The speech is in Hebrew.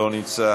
אינו נוכח,